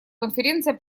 конференция